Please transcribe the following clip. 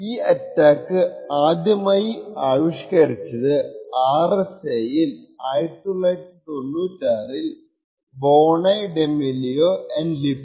ഈ അറ്റാക്ക് ആദ്യമായി ആവിഷ്കരിച്ചത് Boneh Demillo and Lipton 1996ൽ RSA ൽ ആണ്